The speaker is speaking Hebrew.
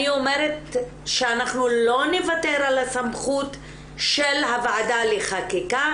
אני אומרת שאנחנו לא נוותר על הסמכות של הוועדה לחקיקה,